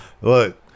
look